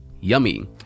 yummy